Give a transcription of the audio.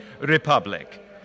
republic